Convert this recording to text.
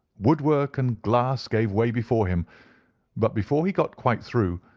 woodwork and glass gave way before him but before he got quite through,